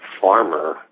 farmer